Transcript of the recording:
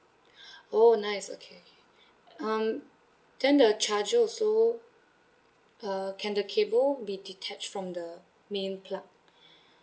oh nice okay okay um then the charger also uh can the cable be detached from the main plug